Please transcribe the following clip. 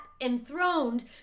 enthroned